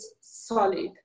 solid